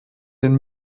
den